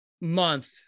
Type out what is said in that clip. month